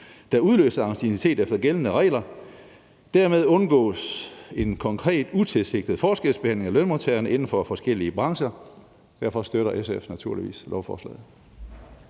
der udløser anciennitet efter gældende regler. Derved undgås en konkret utilsigtet forskelsbehandling af lønmodtagere inden for forskellige brancher.« Derfor støtter SF naturligvis lovforslaget.